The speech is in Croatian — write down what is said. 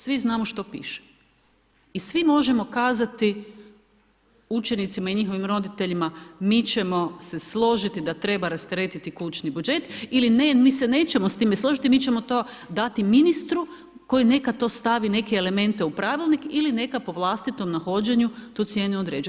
Svi znamo što piše i svi možemo kazati učenicima i njihovim roditeljima mi ćemo se složiti da treba rasteretiti kućni budžet ili ne, mi se nećemo s time složiti mi ćemo to dati ministru koji neka to stavi neke elemente u pravilnik ili neka po vlastitom nahođenju tu cijenu određuje.